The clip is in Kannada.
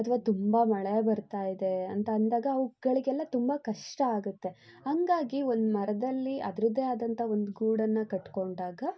ಅಥವಾ ತುಂಬ ಮಳೆ ಬರ್ತಾ ಇದೆ ಅಂತ ಅಂದಾಗ ಅವುಗಳಿಗೆಲ್ಲ ತುಂಬ ಕಷ್ಟ ಆಗುತ್ತೆ ಹಂಗಾಗಿ ಒಂದು ಮರದಲ್ಲಿ ಅದರದ್ದೇ ಆದಂತಹ ಒಂದು ಗೂಡನ್ನು ಕಟ್ಟಿಕೊಂಡಾಗ